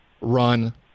run